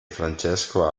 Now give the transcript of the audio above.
francesco